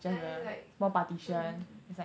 yeah it's like mm mm mm mm